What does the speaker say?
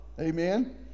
Amen